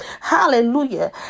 Hallelujah